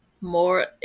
more